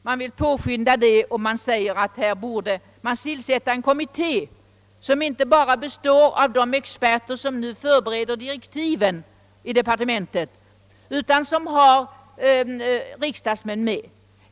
Man vill påskynda tillkomsten av en sådan och man säger därför att man borde tillsätta en kommitté, som inte bara består av de experter som nu förbereder direktiven i departementet, utan där riksdagsmän finns med.